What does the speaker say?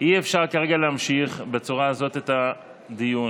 אי-אפשר כרגע להמשיך בצורה הזאת את הדיון.